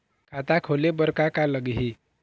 खाता खोले बर का का लगही?